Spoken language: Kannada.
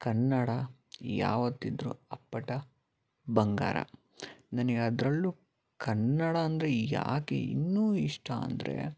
ಕನ್ನಡ ಯಾವತ್ತಿದ್ರು ಅಪ್ಪಟ ಬಂಗಾರ ನನಗದರಲ್ಲು ಕನ್ನಡ ಅಂದರೆ ಯಾಕೆ ಇನ್ನೂ ಇಷ್ಟ ಅಂದರೆ